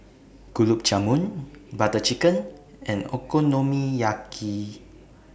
Gulab Jamun Butter Chicken and Okonomiyaki